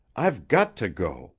i've got to go.